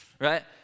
right